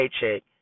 paycheck